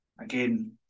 again